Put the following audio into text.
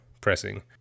pressing